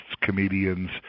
comedians